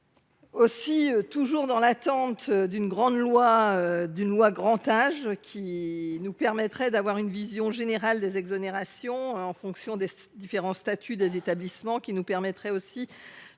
et toujours dans l’attente d’une loi Grand Âge, qui nous permettrait d’avoir une vision générale des exonérations en fonction des différents statuts des établissements, ainsi que